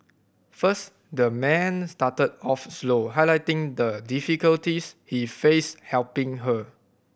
first the man started off slow highlighting the difficulties he faced helping her